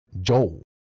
Joel